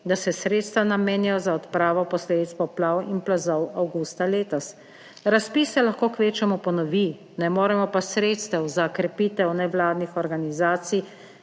da se sredstva namenjajo za odpravo posledic poplav in plazov avgusta letos. Razpis se lahko kvečjemu ponovi, ne moremo pa sredstev za krepitev nevladnih organizacij